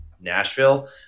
Nashville